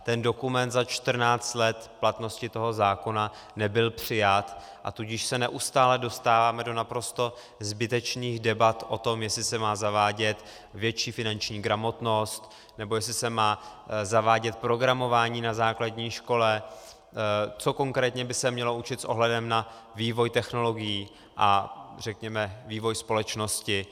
Ten dokument za 14 let platnosti zákona nebyl přijat, a tudíž se neustále dostáváme do naprosto zbytečných debat o tom, jestli se má zavádět větší finanční gramotnost nebo jestli se má zavádět programování na základní škole, co konkrétně by se mělo učit s ohledem na vývoj technologií a řekněme vývoj společnosti.